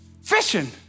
fishing